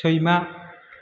सैमा